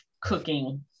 cooking